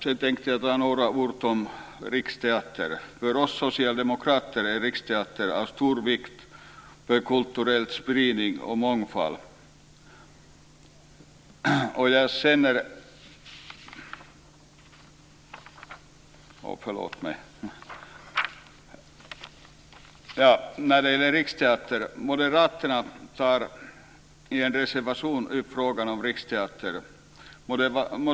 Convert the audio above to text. Sedan ska jag säga några ord om Riksteatern. För oss socialdemokrater är Riksteatern av stor vikt för kulturell spridning och mångfald. I en reservation tar moderaterna upp frågan om Riksteatern.